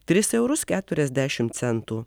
tris eurus keturiasdešimt centų